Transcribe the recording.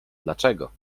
dlaczego